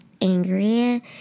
angry